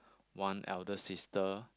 one elder sister